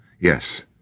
Yes